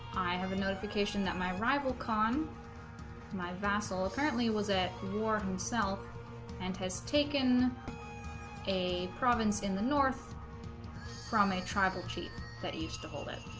i have a notification that my rival khan my vassal currently was at war himself and has taken a province in the north from a tribal chief that used to hold it